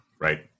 right